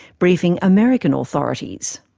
briefing american authorities.